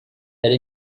elle